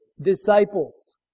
disciples